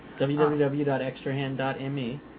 www.extrahand.me